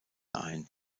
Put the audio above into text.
ein